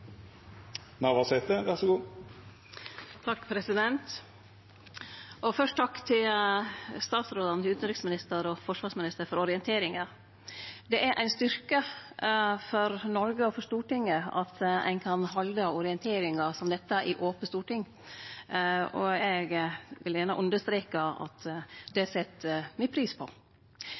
Først: Takk til statsrådane – utanriksministeren og forsvarsministeren – for orienteringa. Det er ein styrke for Noreg og for Stortinget at ein kan halde orienteringar som dette i ope storting. Eg vil gjerne understreke at det set me pris på.